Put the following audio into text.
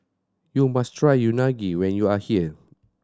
you must try Unagi when you are here